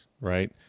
right